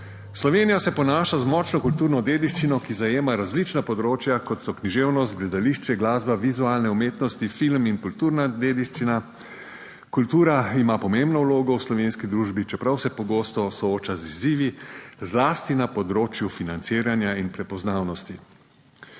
Slovenija se ponaša z močno kulturno dediščino, ki zajema različna področja, kot so književnost, gledališče, glasba, vizualne umetnosti, film in kulturna dediščina. Kultura ima pomembno vlogo v slovenski družbi, čeprav se pogosto sooča z izzivi, zlasti na področju financiranja in prepoznavnosti.